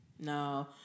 No